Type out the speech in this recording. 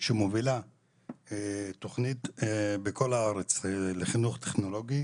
שמובילה תוכנית בכל הארץ לחינוך טכנולוגי